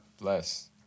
Bless